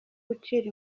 gucira